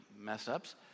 mess-ups